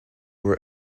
were